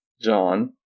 John